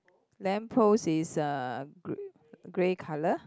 lamp post is uh g~ grey colour